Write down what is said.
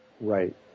Right